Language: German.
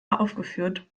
aufgeführt